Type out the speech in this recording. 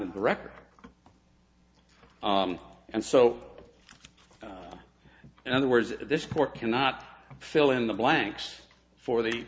in the record and so in other words this court cannot fill in the blanks for the